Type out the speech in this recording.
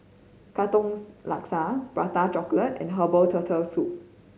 katongs laksa Prata Chocolate and herbal Turtle Soup